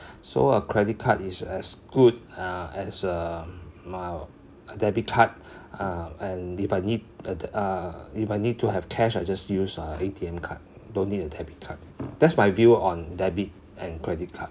so a credit card is as good uh as uh mile a debit card uh and if I need that uh if I need to have cash I just use an A_T_M card don't need a debit card that's my view on debit and credit card